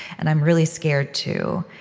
and i'm really scared too,